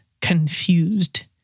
confused